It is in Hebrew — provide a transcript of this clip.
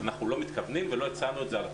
אנחנו לא מתכוונים ולא הצענו את זה על הפרק.